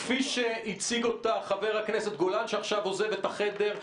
כפי שהציג אותה חבר הכנסת גולן שעכשיו עוזב את החדר.